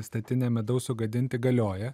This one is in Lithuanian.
statinę medaus sugadinti galioja